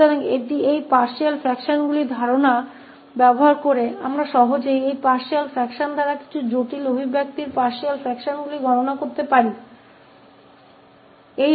इसलिए इस आंशिक फ्रैक्शंस के विचार का उपयोग करके हम इस आंशिक फ्रैक्शंस द्वारा कुछ जटिल एक्सप्रेशंस के इनवर्स की गणना आसानी से कर सकते हैं